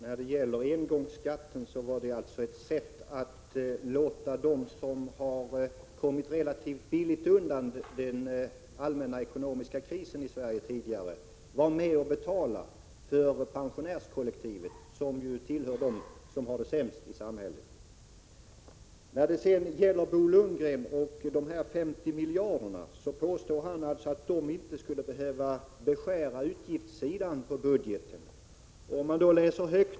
Fru talman! Engångsskatten var alltså ett sätt att låta dem som tidigare kommit relativt lindrigt undan den allmänna ekonomiska krisen i Sverige vara med och betala för pensionärskollektivet, som ju tillhör dem som har det sämst i samhället. Bo Lundgren påstår att de 50 miljarderna inte skulle behöva beskära utgiftssidan på budgeten.